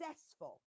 successful